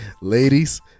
Ladies